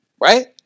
Right